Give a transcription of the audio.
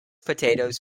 potatoes